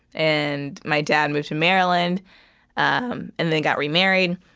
and my dad moved to maryland um and then got remarried.